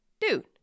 dude